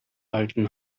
alten